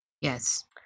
yes